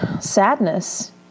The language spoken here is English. sadness